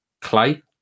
clay